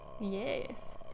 Yes